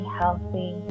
healthy